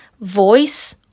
voice